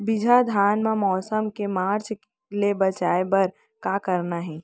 बिजहा धान ला मौसम के मार्च ले बचाए बर का करना है?